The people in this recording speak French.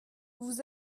vous